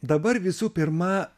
dabar visų pirma